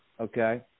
okay